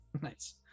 Nice